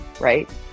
right